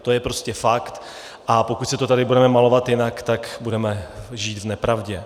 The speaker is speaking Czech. To je prostě fakt, a pokud si to tady budeme malovat jinak, tak budeme žít v nepravdě.